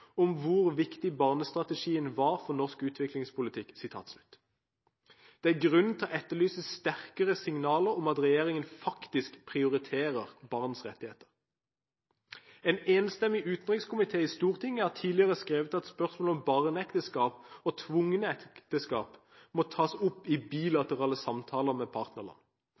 om hvor viktig barnestrategien var for norsk utviklingspolitikk. Det er grunn til å etterlyse sterkere signaler om at regjeringen faktisk prioriterer barns rettigheter. En enstemmig utenrikskomité i Stortinget har tidligere skrevet at spørsmålet om barneekteskap og tvungne ekteskap må tas opp i bilaterale samtaler med partnerland,